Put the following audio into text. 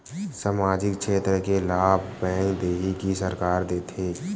सामाजिक क्षेत्र के लाभ बैंक देही कि सरकार देथे?